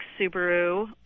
Subaru